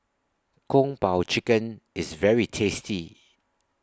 Kung Po Chicken IS very tasty